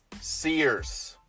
Sears